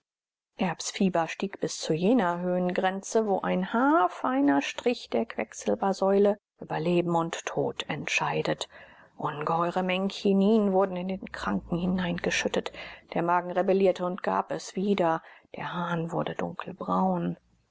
erbs fieber stieg bis zu jener höhengrenze wo ein haarfeiner strich der quecksilbersäule über leben und tod entscheidet ungeheure mengen chinin wurden in den kranken hineingeschüttet der magen rebellierte und gab es wieder der harn wurde dunkelbraun